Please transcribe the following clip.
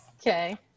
Okay